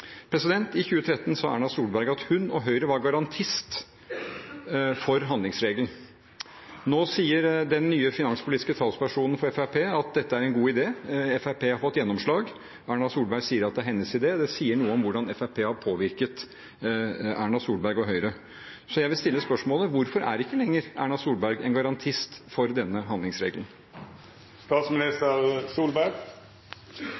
I 2013 sa Erna Solberg at hun og Høyre var garantist for handlingsregelen. Nå sier den nye finanspolitiske talspersonen for Fremskrittspartiet at dette er en god idé. Fremskrittspartiet har fått gjennomslag. Erna Solberg sier at det er hennes idé. Det sier noe om hvordan Fremskrittspartiet har påvirket Erna Solberg og Høyre. Så jeg vil stille spørsmålet: Hvorfor er ikke lenger Erna Solberg en garantist for denne